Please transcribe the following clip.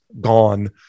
Gone